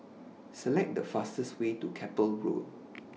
Select The fastest Way to Keppel Road